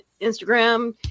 instagram